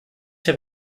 herr